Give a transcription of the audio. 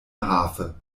harfe